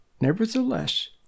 nevertheless